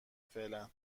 فعلا